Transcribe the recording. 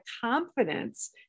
confidence